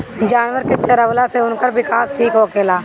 जानवर के चरवला से उनकर विकास ठीक होखेला